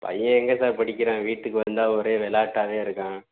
பையன் எங்கே சார் படிக்கிறான் வீட்டுக்கு வந்தால் ஒரே விளாட்டாவே இருக்கான்